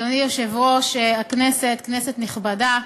אדוני היושב-ראש, כנסת נכבדה,